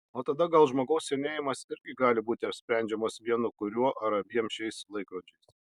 o tada gal žmogaus senėjimas irgi gali būti apsprendžiamas vienu kuriuo ar abiem šiais laikrodžiais